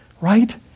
Right